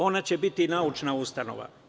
Ona će biti naučna ustanova.